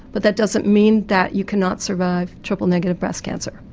but that doesn't mean that you cannot survive triple negative breast cancer.